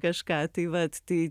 kažką tai vat tai